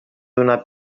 donar